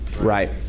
Right